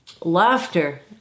laughter